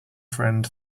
friend